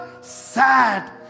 sad